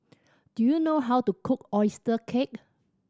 do you know how to cook oyster cake